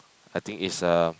I think it's a